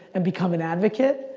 and become an advocate.